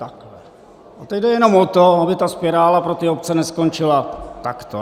A teď jde jenom o to, aby ta spirála pro ty obce neskončila takto.